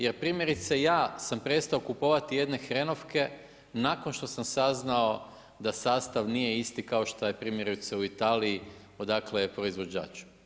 Jer primjerice, ja sam prestao kupovati jedne hrenovke, nakon što sam saznao da sastav nije isti kao što je primjerice u Italiji, odakle je proizvođač.